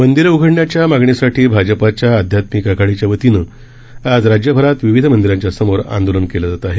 मंदिरं उघडण्याच्या मागणीसाठी भाजपाच्या आध्यात्मिक आघाडीच्या वतीनं आज राज्यभरात विविध मंदिरांच्यासमोर आंदोलन केलं जात आहे